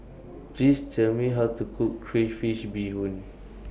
Please Tell Me How to Cook Crayfish Beehoon